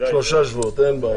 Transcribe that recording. שלושה שבועות, אין בעיה.